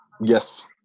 Yes